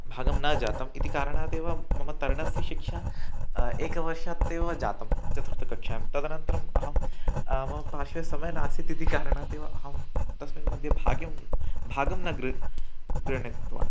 भागः न जातः इति कारणात् एव मम तरणस्य शिक्षा एकवर्षादेव जाता चतुर्थकक्षायां तदनन्तरम् अहं मम पार्श्वे समय नासीत् इति कारणात् एव अहं तस्मिन् मध्ये भाग्यं भागं न गृ गृहीतवान्